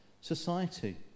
society